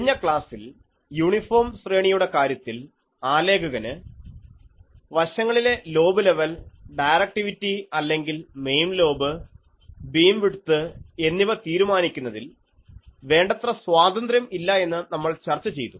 കഴിഞ്ഞ ക്ലാസ്സിൽ യൂണിഫോം ശ്രേണിയുടെ കാര്യത്തിൽ ആലേഖകന് വശങ്ങളിലെ ലോബ് ലെവൽ ഡയറക്റ്റിവിറ്റി അല്ലെങ്കിൽ മെയിൻ ലോബ് ബീംവിഡ്ത്ത് എന്നിവ തീരുമാനിക്കുന്നതിൽ വേണ്ടത്ര സ്വാതന്ത്ര്യം ഇല്ല എന്ന് നമ്മൾ ചർച്ച ചെയ്തു